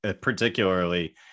particularly